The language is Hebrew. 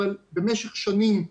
אבל במשך שנים,